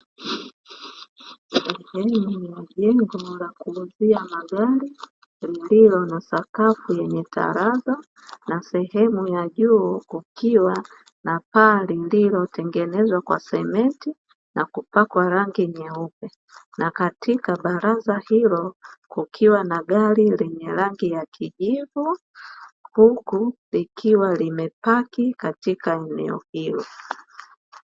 Inaonekana ni sehemu ya kuwekea magari, iliyotengenezwa na sakafu yenye taraaza na sehemu ya juu kukiwa na paa iliyotengenezwa kwa sementi na kupakwa rangi nyeupe. Na katika baraaza hilo kukiwa na gari lenye rangi ya kijivu huku likiwa limepaki katika eneo hilo.